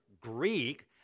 Greek